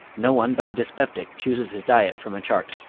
no one but a dyspeptic chooses his diet from a chart.